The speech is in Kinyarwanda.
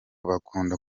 bakunda